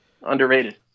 Underrated